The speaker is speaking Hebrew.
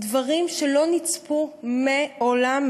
דברים שלא נצפו מעולם,